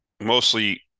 mostly